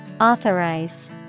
Authorize